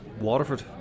Waterford